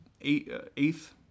eighth